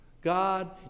God